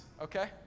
okay